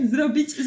Zrobić